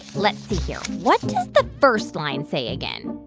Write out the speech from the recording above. let's see here. what does the first line say again?